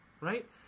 Right